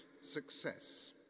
success